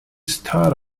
start